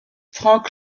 franck